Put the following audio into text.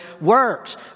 works